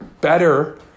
better